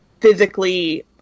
physically